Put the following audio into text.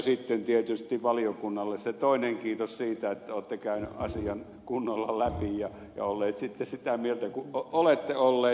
sitten tietysti valiokunnalle se toinen kiitos siitä että olette käynyt asian kunnolla läpi ja olleet sitten sitä mieltä kuin olette olleet